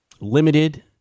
limited